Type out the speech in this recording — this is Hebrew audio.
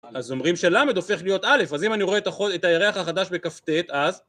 אז אומרים ש-ל' הופך להיות א', אז אם אני רואה את הירח החדש בכ"ט, אז...